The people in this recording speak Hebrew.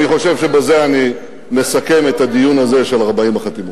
אני חושב שבזה אני מסכם את הדיון הזה בעקבות 40 החתימות.